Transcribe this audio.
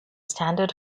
standard